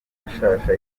mashasha